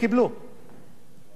הם חלפו כבר על מה שהם קיבלו,